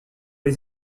les